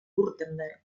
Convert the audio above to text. württemberg